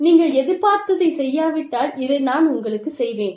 நீங்கள் எதிர்பார்த்ததைச் செய்யாவிட்டால் இதை நான் உங்களுக்குச் செய்வேன்